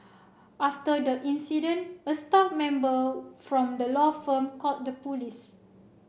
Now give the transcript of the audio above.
after the incident a staff member from the law firm called the police